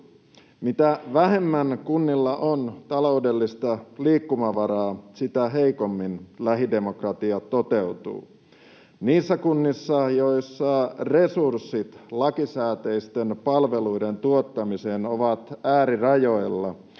Mitä vähemmän kunnilla on taloudellista liikkumavaraa, sitä heikommin lähidemokratia toteutuu. Niissä kunnissa, joissa resurssit lakisääteisten palveluiden tuottamiseen ovat äärirajoilla,